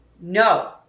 No